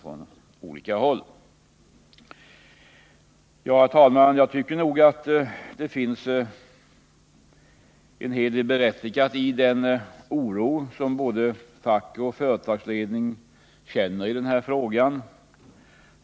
Det finns mycket som är berättigat i den oro som såväl fackliga organisationer som företagsledningar känner i denna fråga.